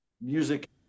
music